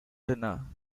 dinner